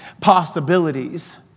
possibilities